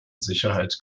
sicherheit